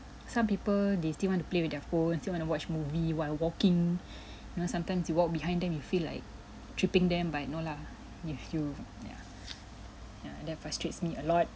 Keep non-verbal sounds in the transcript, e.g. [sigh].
some people they still want to play with their phones still want to watch movie while walking [breath] you know sometimes you walk behind them you feel like tripping them but no lah if you yeah ya that frustrates me a lot